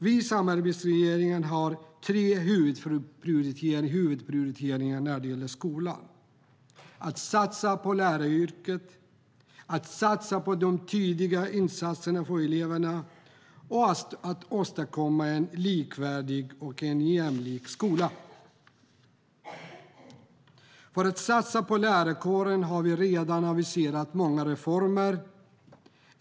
Vi i samarbetsregeringen har tre huvudprioriteringar när det gäller skolan: att satsa på läraryrket, att satsa på tidiga insatser för eleverna och att åstadkomma en likvärdig och jämlik skola. För att satsa på lärarkåren har vi redan aviserat många reformer.